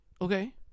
Okay